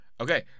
Okay